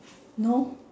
no